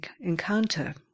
encounter